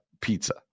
pizza